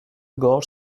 gorge